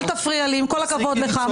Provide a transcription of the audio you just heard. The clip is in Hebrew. אל תפריע לי, עם כל הכבוד לך.